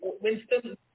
Winston